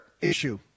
issue